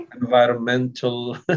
environmental